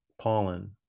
pollen